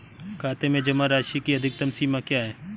खाते में जमा राशि की अधिकतम सीमा क्या है?